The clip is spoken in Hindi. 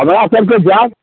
हमरा सब के जान